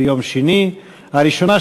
התשע"ד 2013,